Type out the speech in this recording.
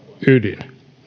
ydin